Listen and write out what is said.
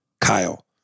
Kyle